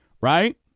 Right